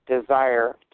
desire